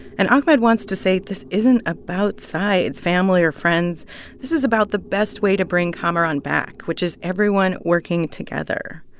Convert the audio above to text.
and ahmed wants to say, this isn't about sides, family or friends this is about the best way to bring kamaran back, which is everyone working together.